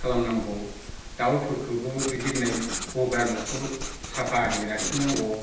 खालामनांगौ दाउफोरखौबो बे दोननाय गग्रा न'खौ साफाहै लाखिनांगौ